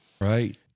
Right